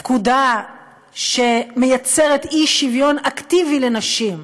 פקודה שיוצרת אי-שוויון אקטיבי לנשים,